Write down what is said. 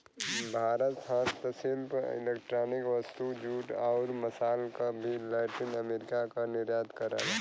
भारत हस्तशिल्प इलेक्ट्रॉनिक वस्तु, जूट, आउर मसाल क भी लैटिन अमेरिका क निर्यात करला